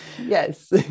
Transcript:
Yes